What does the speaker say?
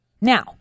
Now